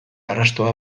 arrastoa